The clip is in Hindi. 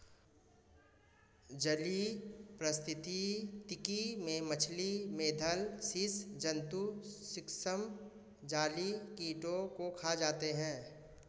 जलीय पारिस्थितिकी में मछली, मेधल स्सि जन्तु सूक्ष्म जलीय कीटों को खा जाते हैं